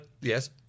Yes